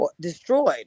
destroyed